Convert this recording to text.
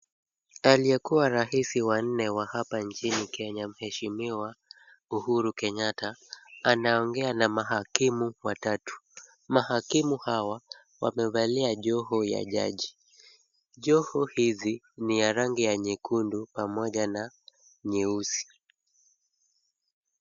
Aliyekuwa rais wa nne wa hapa nchini Kenya mheshimiwa Uhuru Kenyatta, anaongea na mahakimu watatu. Mahakimu hawa wamevalia joho ya jaji. Joho hizi ni ya rangi ya nyekundu pamoja na nyeusi.